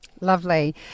Lovely